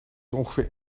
ongeveer